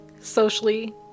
socially